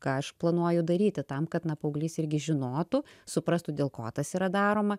ką aš planuoju daryti tam kad na paauglys irgi žinotų suprastų dėl ko tas yra daroma